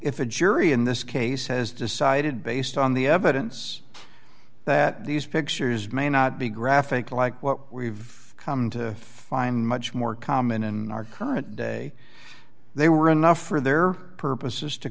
if a jury in this case has decided based on the evidence that these pictures may not be graphic like what we've come to find much more common and are current day they were enough for their purposes to